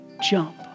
jump